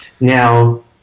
Now